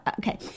Okay